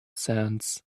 sands